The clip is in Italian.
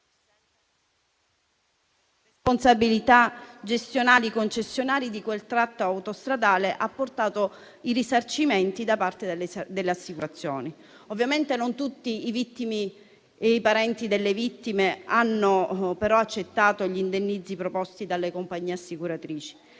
responsabilità gestionale i concessionari di quel tratto autostradale ha portato ai risarcimenti da parte delle assicurazioni. Ovviamente non tutte le vittime e i loro parenti hanno però accettato gli indennizzi proposti dalle compagnie assicuratrici.